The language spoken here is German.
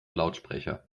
lautsprecher